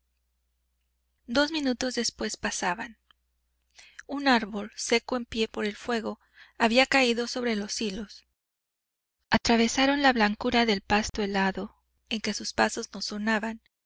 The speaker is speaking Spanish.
dos minutos después pasaban un árbol seco en pie por el fuego había caído sobre los hilos atravesaron la blancura del pasto helado en que sus pasos no sonaban